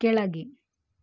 ಕೆಳಗೆ